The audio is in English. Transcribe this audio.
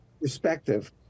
perspective